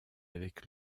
avec